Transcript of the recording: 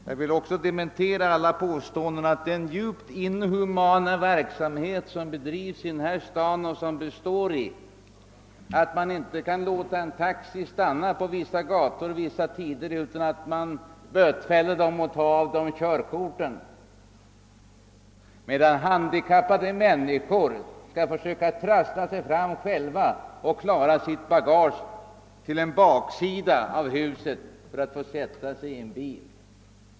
Jag vill också påtala den djupt inhumana inställning som finns här i Stockholm och som tar sig uttryck i att man inte tillåter en taxi att stanna på vissa gator och vid vissa tider utan att dess förare bötfälles och fråntages körkortet, så att handikappade människor skall vara tvungna att själva försöka ta sig och sitt bagage runt kvarteren för att kunna sätta sig i en bil.